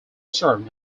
served